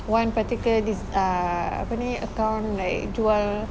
one particular this uh apa ni account like jual